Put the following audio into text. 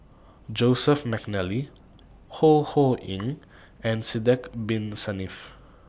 Joseph Mcnally Ho Ho Ying and Sidek Bin Saniff